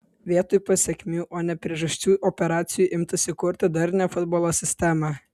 vietoj pasekmių o ne priežasčių operacijų imtasi kurti darnią futbolo sistemą